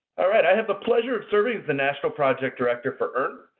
all right. i have the pleasure of serving as the national project director for earn.